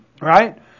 Right